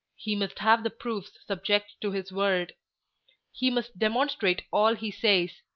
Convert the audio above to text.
he must have the proofs subject to his word he must demonstrate all he says,